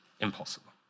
impossible